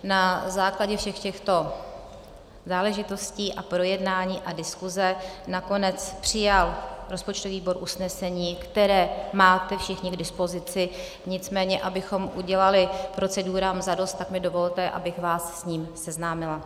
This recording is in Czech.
Na základě všech těchto záležitostí, projednání a diskuze nakonec přijal rozpočtový výbor usnesení, které máte všichni k dispozici, nicméně abychom udělali procedurám zadost, tak mi dovolte, abych vás s ním seznámila.